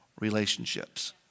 relationships